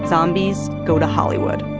zombies go to hollywood